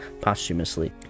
posthumously